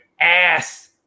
ass